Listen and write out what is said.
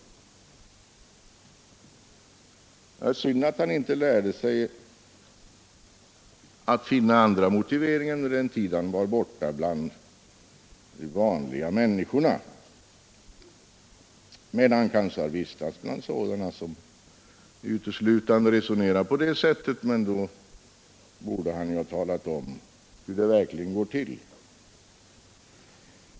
Det är synd att han inte lärde sig att finna andra motiveringar under den tid han var ute bland ”de vanliga människorna”. Men han kanske har vistats bland sådana som uteslutande resonerar på detta sätt. Då borde han emellertid ha talat om hur det verkligen går till.